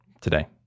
today